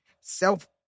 self